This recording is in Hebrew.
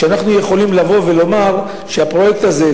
שאנחנו יכולים לבוא ולומר שהפרויקט הזה,